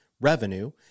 revenue